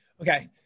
Okay